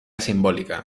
simbólica